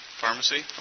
pharmacy